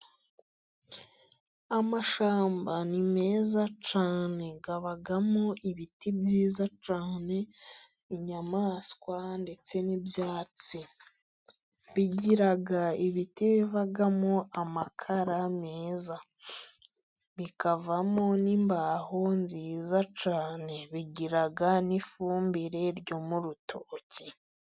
Amashyamba ni meza cyane. Abamo ibiti byiza cyane, inyamaswa ndetse n'ibyatsi. Bigira ibiti bivamo amakara meza. Bikavamo n'imbaho nziza cyane. Bigira n'ifumbire yo mu rutoki.